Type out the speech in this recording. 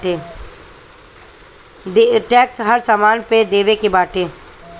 tax हर सामान पे देवे के पड़त बाटे